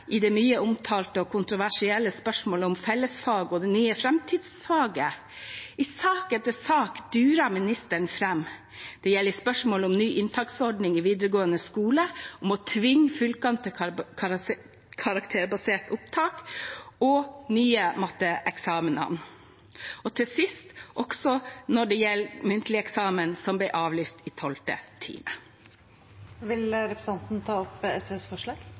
i det mye omtalte og kontroversielle spørsmålet om fellesfag og det nye framtidsfaget. I sak etter sak durer statsråden fram. Det gjelder i spørsmålet om ny inntaksordning i videregående skole, om å tvinge fylkene til karakterbasert opptak, nye matteeksamener og til sist når det gjelder muntlig eksamen, som ble avlyst i tolvte time. Jeg tar opp SVs forslag.